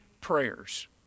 prayers